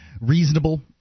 reasonable